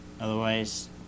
Otherwise